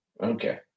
Okay